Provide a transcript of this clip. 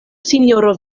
sinjoro